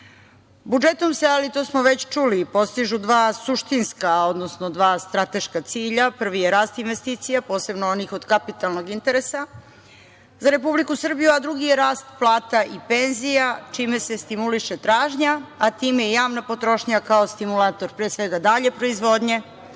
Budžetom se, ali to smo već čuli, postižu dva suštinska, odnosno dva strateška cilja. Prvi je rast investicija, posebno onih od kapitalnog interesa za Republiku Srbiju, a drugi je rast plata i penzija, čime se stimuliše tražnja, a time i javna potrošnja kao stimulator, pre svega dalje proizvodnje